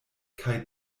kaj